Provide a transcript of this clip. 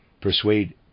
persuade